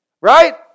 right